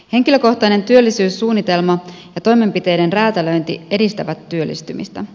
henkilökohtainen työllisyyssuunnitelma ja toimenpiteiden räätälöinti edistävät työllistymistä